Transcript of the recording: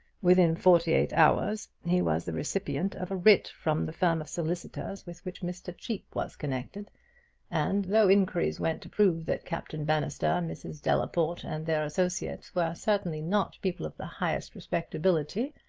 within forty-eight hours he was the recipient of a writ from the firm of solicitors with which mr. cheape was connected and, though inquiries went to prove that captain bannister, mrs. delaporte and their associates were certainly not people of the highest respectability,